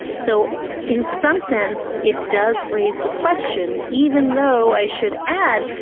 so in some sense, it does raise the question, even though i should add,